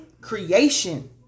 creation